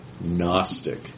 Gnostic